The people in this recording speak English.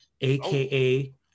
aka